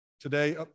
today